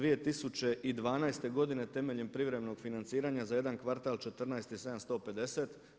2012. godine temeljem privremenog financiranja za jedan kvartal 14 i 750.